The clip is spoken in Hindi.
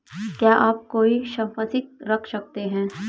क्या आप कोई संपार्श्विक रख सकते हैं?